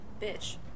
bitch